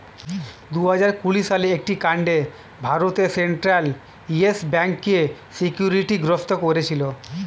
দুহাজার কুড়ি সালের একটি কাণ্ডে ভারতের সেন্ট্রাল ইয়েস ব্যাঙ্ককে সিকিউরিটি গ্রস্ত করেছিল